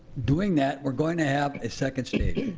doing that, we're going to have a second stage,